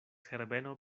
herbeno